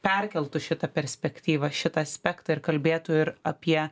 perkeltų šitą perspektyvą šitą aspektą ir kalbėtų ir apie